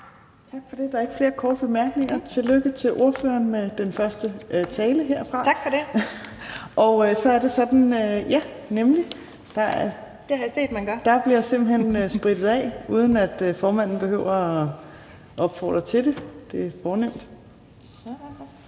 Tak for det. Der er ikke flere korte bemærkninger. Tillykke til ordføreren med den første tale herfra. Og så bliver der simpelt hen sprittet af, uden at formanden behøver at opfordre til det. Det er fornemt. Den